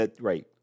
right